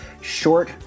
short